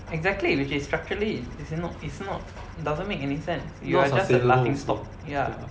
exactly which is structurally is not is not doesn't make any sense you're just a laughing stock ya